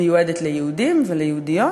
מיועדת ליהודים וליהודיות,